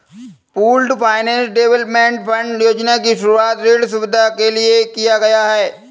pooled finance development fund योजना की शुरूआत ऋण सुविधा के लिए किया गया है